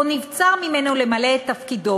או נבצר ממנו למלא את תפקידו.